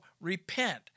repent